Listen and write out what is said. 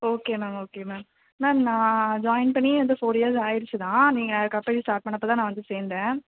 okay ma'am okay ma'am ma'am நான் join பண்ணி வந்து ஃபோர் இயர்ஸ் ஆகிருச்சு தான் நீங்கள் கம்பனி ஸ்டார்ட் பண்ணப்போ தான் நான் வந்து சேர்ந்தேன்